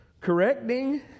Correcting